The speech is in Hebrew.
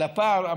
מה יותר פשוט?